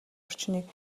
орчныг